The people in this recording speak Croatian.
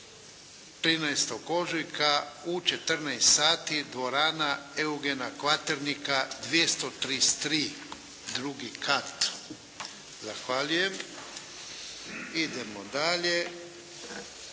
13. ožujka u 14,00 sati, dvorana Eugena Kvaternika 233, II kat. Zahvaljujem. Idemo dalje